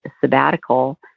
sabbatical